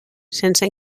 sense